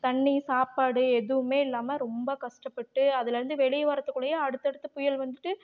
தண்ணி சாப்பாடு எதுவுமே இல்லாமல் ரொம்ப கஸ்டப்பட்டு அதுலேருந்து வெளியே வரத்துக்குள்ளையே அடுத்து அடுத்து புயல் வந்துட்டு